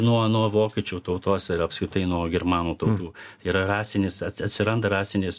nuo nuo vokiečių tautos ir apskritai nuo germanų tautų yra rasinis atsiranda rasinis